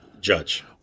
judge